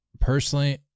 Personally